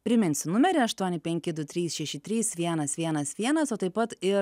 priminsiu numerį aštuoni penki du trys šeši trys vienas vienas vienas o taip pat ir